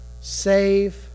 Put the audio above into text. save